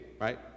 right